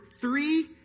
three